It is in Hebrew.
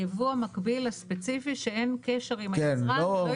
היבוא המקביל הספציפי שאין קשר עם היצרן ולא